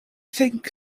think